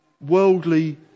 worldly